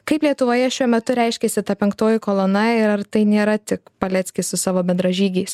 kaip lietuvoje šiuo metu reiškiasi ta penktoji kolona ir ar tai nėra tik paleckis su savo bendražygiais